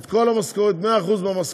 את כל המשכורת, מאה אחוז של המשכורות,